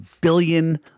billion